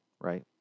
right